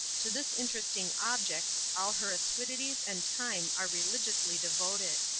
to this interesting object all her assiduities and time are religiously devoted.